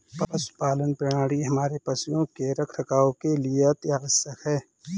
पशुपालन प्रणाली हमारे पशुओं के रखरखाव के लिए अति आवश्यक है